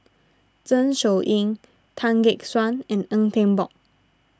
Zeng Shouyin Tan Gek Suan and Tan Eng Bock